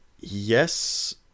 yes